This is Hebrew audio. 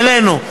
העלינו.